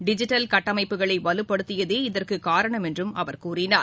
digital கட்டமைப்புகளை வலுப்படுத்தியதே இதற்கு காரணம் என்றும் அவர் கூறினார்